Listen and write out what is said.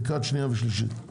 לקראת שנייה ושלישית,